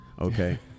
Okay